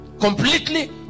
Completely